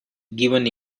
given